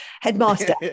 headmaster